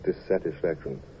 dissatisfaction